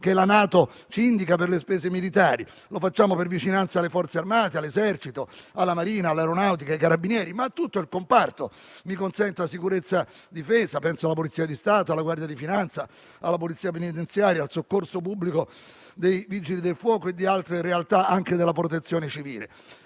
che la NATO ci indica per le spese militari; lo facciamo per vicinanza alle Forze armate, all'Esercito, alla Marina, all'Aeronautica, ai Carabinieri e a tutto il comparto della sicurezza e della difesa: penso alla Polizia di Stato, alla Guardia di finanza, alla Polizia penitenziaria, ai Vigili del Fuoco e ad altre realtà anche della Protezione civile.